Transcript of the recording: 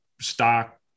stock